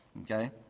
Okay